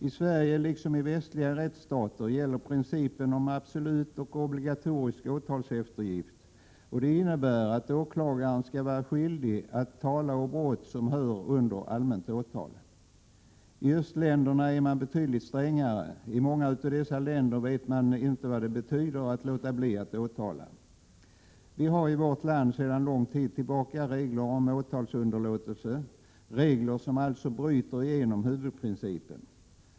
I Sverige, liksom i västliga rättsstater, gäller principen om absolut och obligatorisk åtalsplikt. Det innebär att åklagaren skall vara skyldig att tala å brott som lyder under allmänt åtal. I östländerna är man betydligt strängare. I många av dessa länder vet man inte vad det betyder att låta bli att åtala. Vi har i vårt land sedan lång tid tillbaka regler om åtalsunderlåtelse, regler som alltså bryter igenom huvudprincipen.